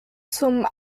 zum